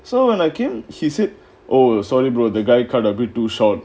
so when I came he said oh sorry bro the guy kind of agree too short